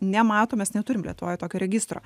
nemato mes neturim lietuvoj tokio registro